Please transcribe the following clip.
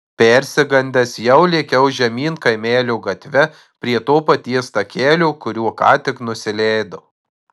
persigandęs jau lėkiau žemyn kaimelio gatve prie to paties takelio kuriuo ką tik nusileidau